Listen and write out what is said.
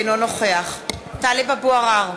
אינו נוכח טלב אבו עראר,